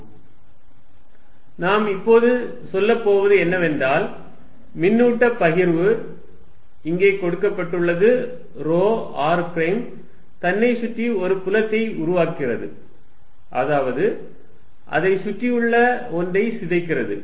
Fq4π0dVr r3ρrr r நாம் இப்போது சொல்லப்போவது என்னவென்றால் மின்னூட்ட பகிர்வு இங்கே கொடுக்கப்பட்டுள்ளது ρ r பிரைம் தன்னைச் சுற்றி ஒரு புலத்தை உருவாக்குகிறது அதாவது அதைச் சுற்றியுள்ள ஒன்றை சிதைக்கிறது